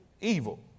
evil